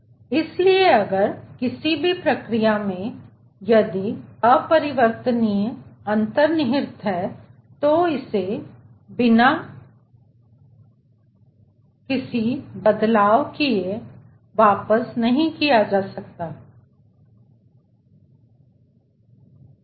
इसलिए अगर किसी भी प्रक्रिया में यदि अपरिवर्तनीयता अंतर्निहित है तो इसे बिना कहीं और कोई बदलाव किये वापस नहीं किया जा सकता है